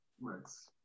works